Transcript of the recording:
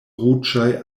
ruĝaj